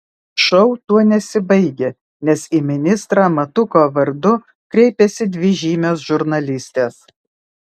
šou tuo nesibaigia nes į ministrą matuko vardu kreipiasi dvi žymios žurnalistės